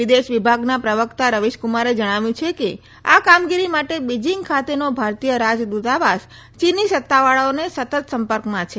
વિદેશ વિભાગના પ્રવકતા રવીશકુમારે જણાવ્યું છે કે આ કામગીરી માટે બીજીંગ ખાતેનો ભારતીય રાજ દુતાવાસ ચીની સત્તાવાળાઓના સતત સંપર્કમાં છે